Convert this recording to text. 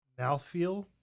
mouthfeel